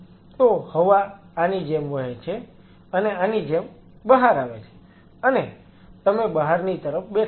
તો હવા આની જેમ વહે છે અને આની જેમ બહાર આવે છે અને તમે બહારની તરફ બેઠા છો